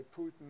Putin